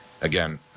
again